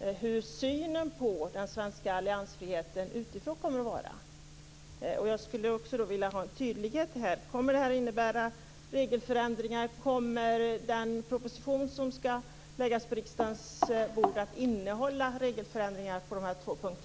hur synen utifrån på den svenska alliansfriheten kommer att vara. Jag skulle vilja få detta tydliggjort. Kommer detta att innebära regelförändringar? Kommer den proposition som ska läggas på riksdagens bord att innehålla regelförändringar på dessa två punkter?